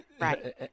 right